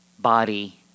Body